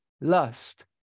lust